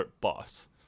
boss